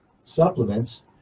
supplements